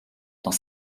dans